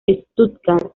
stuttgart